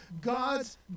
God's